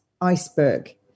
iceberg